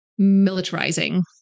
militarizing